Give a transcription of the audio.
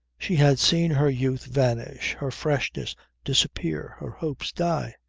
she had seen her youth vanish, her freshness disappear, her hopes die,